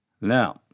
Now